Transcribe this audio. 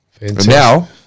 Now